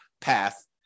path